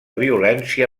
violència